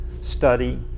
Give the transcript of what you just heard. study